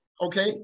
okay